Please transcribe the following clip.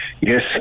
Yes